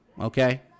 Okay